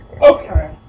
Okay